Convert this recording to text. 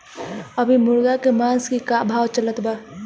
अभी मुर्गा के मांस के का भाव चलत बा?